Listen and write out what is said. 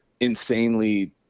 Insanely